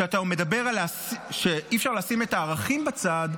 כשאתה מדבר על זה שאי-אפשר לשים את הערכים בצד,